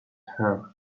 her